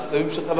רצוני לשאול: